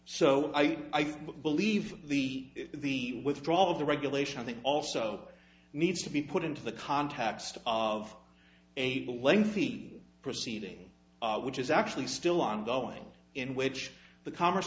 so i believe the the withdrawal of the regulation i think also needs to be put into the context of a lengthy proceeding which is actually still ongoing in which the commerce